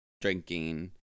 drinking